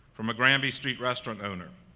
from a grandby street restaurant owner,